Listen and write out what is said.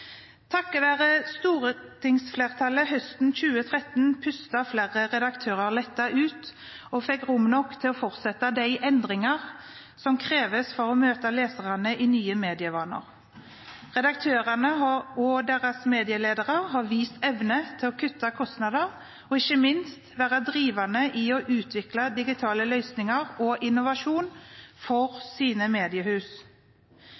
være stortingsflertallet høsten 2013 pustet flere redaktører lettet ut og fikk rom nok til å fortsette de endringer som kreves for å møte lesernes nye medievaner. Redaktørene og deres medieledere har vist evne til å kutte kostnader og ikke minst vært drivende i å utvikle digitale og innovative løsninger